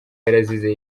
yarazize